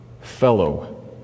Fellow